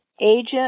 agent